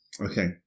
Okay